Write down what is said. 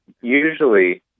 usually